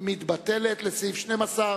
סעיף 6,